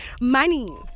Money